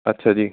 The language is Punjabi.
ਅੱਛਾ ਜੀ